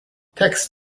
text